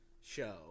show